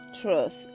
trust